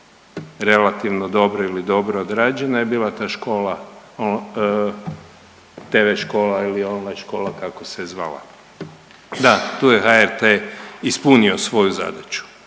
relativno dobra ili dobro odrađena je bila ta škola, tv škola ili online škola kako se je zvala. Da, tu je HRT-e ispunio svoju zadaću.